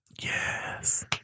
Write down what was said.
Yes